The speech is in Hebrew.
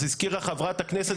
אז הזכירה חברת הכנסת,